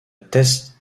teste